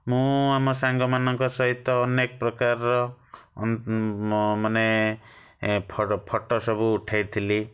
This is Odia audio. ମୁଁ ଆମ ସାଙ୍ଗମାନଙ୍କ ସହିତ ଅନେକ ପ୍ରକାରର ମାନେ ଫ ଫଟୋ ସବୁ ଉଠେଇଥିଲି